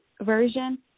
Version